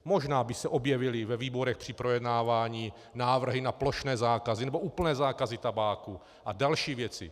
Možná by se objevily ve výborech při projednávání návrhy na plošné zákazy nebo úplné zákazy tabáku a další věci.